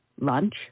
lunch